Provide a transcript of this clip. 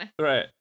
Right